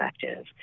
effective